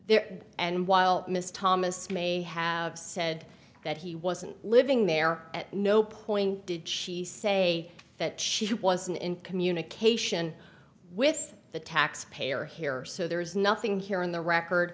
there and while miss thomas may have said that he wasn't living there at no point did she say that she wasn't in communication with the taxpayer here so there is nothing here in the record